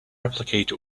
replicate